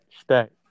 stack